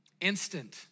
Instant